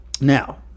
Now